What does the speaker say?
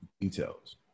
details